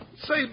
Say